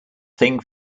thing